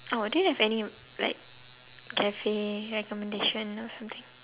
oh do you have any like cafe recommendation or something